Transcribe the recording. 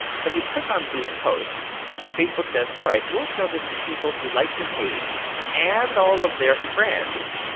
so if you click on boost post facebook says, alright we'll show this to people who like your page and all of their friends,